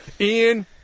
Ian